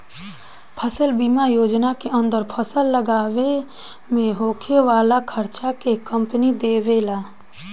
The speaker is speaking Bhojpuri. फसल बीमा योजना के अंदर फसल लागावे में होखे वाला खार्चा के कंपनी देबेला